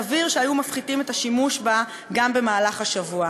סביר שהיו מפחיתים את השימוש בה גם במהלך השבוע.